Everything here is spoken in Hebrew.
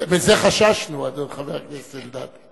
מזה חששנו, חבר הכנסת אלדד.